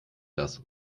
das